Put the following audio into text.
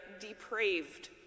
depraved